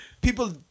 people